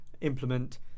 implement